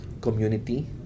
Community